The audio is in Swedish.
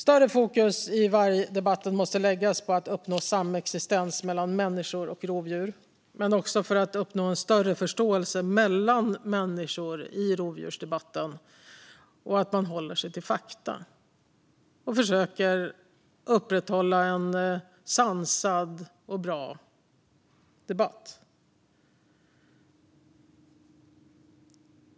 Större fokus måste i vargdebatten läggas på att uppnå samexistens mellan människor och rovdjur men också på att uppnå en större förståelse mellan människor i rovdjursdebatten där man håller sig till fakta och försöker upprätthålla en sansad och bra debatt.